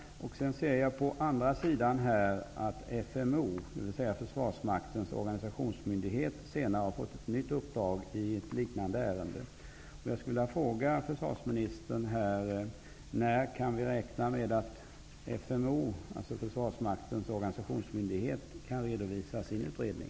Sedan ser jag på andra sidan att FMO, dvs. Försvarsmaktens organisationsmyndighet, senare har fått ett nytt uppdrag i ett liknande ärende. Jag vill fråga försvarsministern: När kan vi räkna med att FMO, Försvarsmaktens organisationsmyndighet, kan redovisa sin utredning?